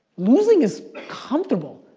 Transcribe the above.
losing is comfortable.